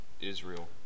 Israel